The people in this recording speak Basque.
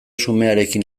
xumearekin